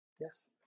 yes